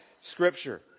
Scripture